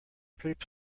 pretty